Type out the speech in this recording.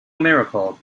miracle